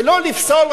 ולא לפסול,